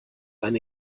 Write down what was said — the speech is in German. eine